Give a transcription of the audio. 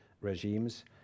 regimes